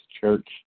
Church